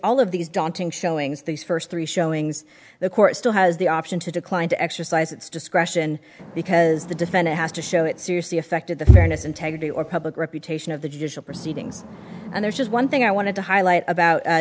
all of these daunting showings these first three showings the court still has the option to decline to exercise its discretion because the defendant has to show it seriously affected the fairness integrity or public reputation of the judicial proceedings and there's just one thing i wanted to highlight about